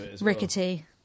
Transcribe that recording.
rickety